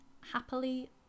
happily